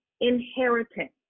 inheritance